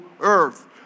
earth